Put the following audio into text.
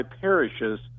parishes